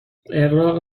اغراق